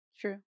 True